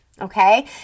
Okay